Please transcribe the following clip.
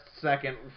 second